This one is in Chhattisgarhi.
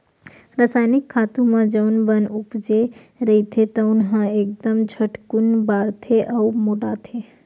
रसायनिक खातू म जउन बन उपजे रहिथे तउन ह एकदम झटकून बाड़थे अउ मोटाथे